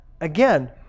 again